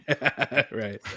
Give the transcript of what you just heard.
Right